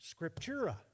scriptura